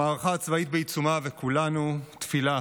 המערכה הצבאית בעיצומה וכולנו תפילה